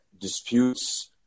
disputes